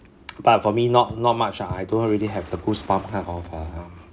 but for me not not much ah I don't really have the goosebumps kind of um